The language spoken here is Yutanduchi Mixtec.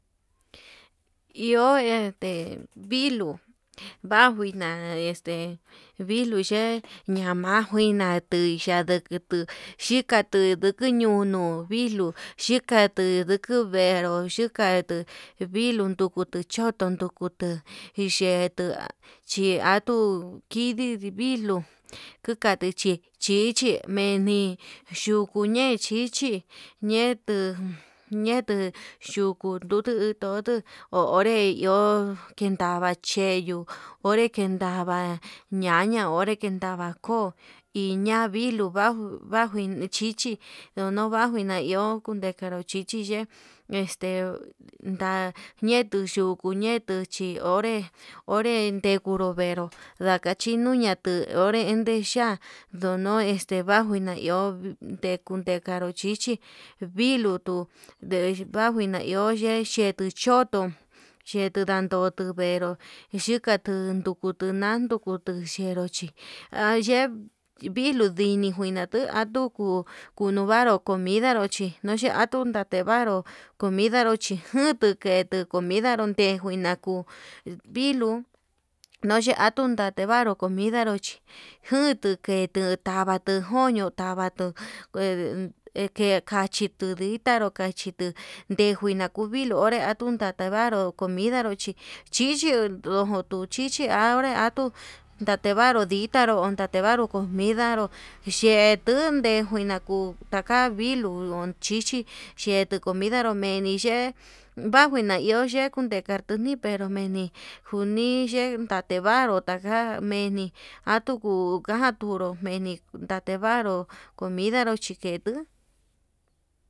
Iho ete'e viluu vanguina este viluu ye'e, yama nguina tei ndiki yutuu xhikatu ndiki ñunuu viluu xhikati ndiku veruu, xhukatu viluu chikatuu choto ndukutu ndichetu chi atuu kidii viluu kukati chí chichi meni yuku ñe'e chichi ñetuu ñetuu yuku ne'e to'o ho onré yo'o yendava yeyo'o, onre kedava ñaña onre kendava koo iña'a viluu anju anju ni chichi ndonobaju a'a iho nikada chichi yaa'a este nda'a ñietuu yuku ñetuu ye'e chi onre onre dekuru, venrú ndakache ñuña te onré ndende cha'a ndono este bajuu ne'e iho tekure takonri chichi viluu tuu ndebaju na iho ye'í chetuu choto chetuu ndantoto venró xhikatu nduku tuu na'a ndukutu ye'e benró chí ayee viluu ndini kuin naduu naduku kununvaru comidaro chí noyeatuu ndate varo, comidaro chi ngutu vetuu comidaro ten njuina kuu viluu nuye atundevaru comidanro chí jutuu tavatu ketu joí, ñotavatuu he kachitu tuditaru kachituu ndejuina kuu viluu onré tun tatevaru comidaro chí chichi ndujutu chichi há ndojo tuu chichi ya'a onre atuu ndatevaru nditaru uu ndatevaru comida nrú che'etu, tenjuina kuu taka viluu lon chichi xhetu comindaró neni ye'e vanguina iho nderkani pero meni niye tativaru nagan meni atunju najan turu meni natevaru comidanro chaketu.